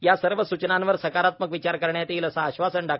या सर्व सुचनांवर सकारात्मक विचार करण्यात येईल असे आश्वासन डॉ